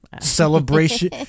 celebration